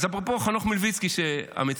אז אפרופו חנוך מלביצקי המציע,